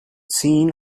seen